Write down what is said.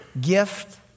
gift